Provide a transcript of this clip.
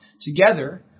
Together